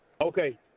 Okay